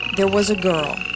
there was a girl,